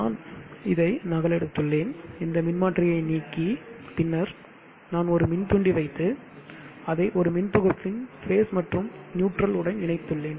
நான் இதை நகலெடுத்துள்ளேன் இந்த மின்மாற்றியை நீக்கி பின்னர் நான் ஒரு மின்தூண்டி வைத்து அதை ஒரு மின் தொகுப்பின் பேஸ் மற்றும் நியூட்ரல் உடன் இணைத்துள்ளேன்